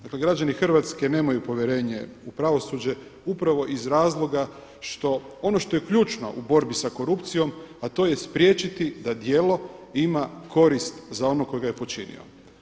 Dakle, građani Hrvatske nemaju povjerenje u pravosuđe upravo iz razloga što, ono što je ključno u borbi sa korupcijom, a to je spriječiti da djelo ima korist za onog tko ga je počinio.